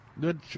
good